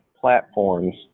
platforms